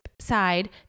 side